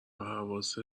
حواست